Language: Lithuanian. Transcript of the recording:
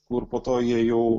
kur po to jie jau